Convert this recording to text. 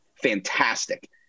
fantastic